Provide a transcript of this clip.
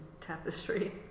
tapestry